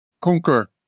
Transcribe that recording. conquer